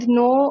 no